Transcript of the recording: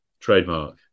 trademark